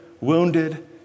wounded